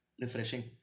refreshing